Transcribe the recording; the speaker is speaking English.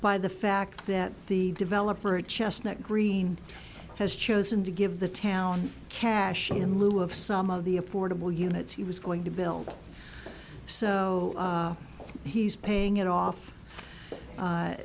by the fact that the developer of chestnut green has chosen to give the town cash in lieu of some of the affordable units he was going to build so he's paying it off